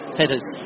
headers